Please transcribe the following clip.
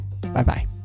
Bye-bye